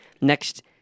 next